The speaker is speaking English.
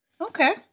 Okay